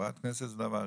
חברת הכנסת זה דבר ראשון.